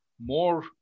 More